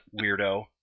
weirdo